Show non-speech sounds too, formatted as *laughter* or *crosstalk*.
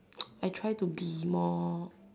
*noise* I try to be more